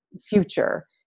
future